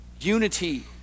unity